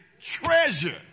treasure